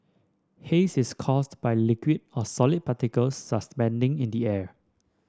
haze is caused by liquid or solid particles suspending in the air